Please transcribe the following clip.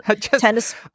tennis